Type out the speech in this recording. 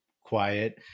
quiet